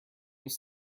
was